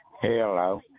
hello